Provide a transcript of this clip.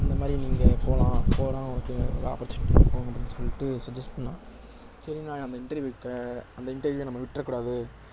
இந்த மாதிரி நீங்கள் போகலாம் போனால் ஒரு ஆப்பர்ச்சுனிட்டி இருக்கும் அப்டின்னு சொல்லிவிட்டு சஜஸ்ட் பண்ணார் சரின்னு நான் அந்த இன்டர்வியூக்கு அந்த இன்டர்வியூ நம்ம விட்டுற கூடாது